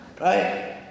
Right